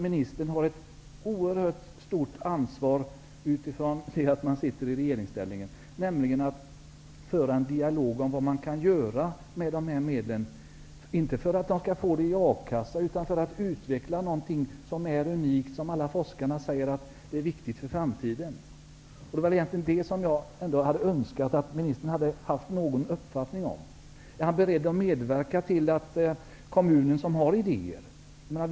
Ministern har utifrån sin regeringsställning ett oerhört stort ansvar för att föra en dialog om vad som kan göras med dessa medel, inte för att de skall utbetalas i form av a-kasseersättning utan för att utveckla något unikt, som forskarna säger är viktigt för framtiden. Jag hade önskat att ministern hade haft en uppfattning om detta. Är Per Westerberg beredd att samarbeta med kommunen, som ju har idéer på detta område?